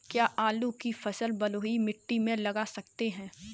क्या आलू की फसल बलुई मिट्टी में लगा सकते हैं?